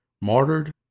martyred